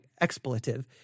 expletive